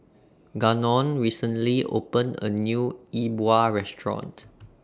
Gannon recently opened A New Yi Bua Restaurant